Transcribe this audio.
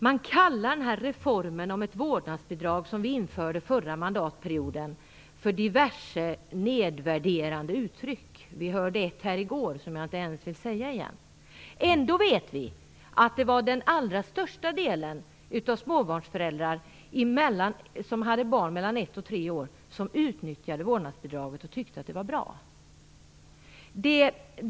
Man talar om den reform om vårdnadsbidrag som vi införde under den förra mandatperioden med diverse nedvärderande uttryck. Vi hörde ett här i går som jag inte ens vill nämna. Ändå vet vi att det var den allra största delen av småbarnsföräldrar som hade barn mellan ett och tre år som utnyttjade vårdnadsbidraget och tyckte att det var bra.